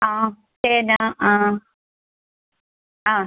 ആ പേന ആ ആ